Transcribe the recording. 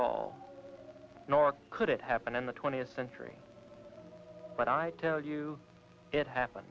all nor could it happen in the twentieth century but i tell you it happened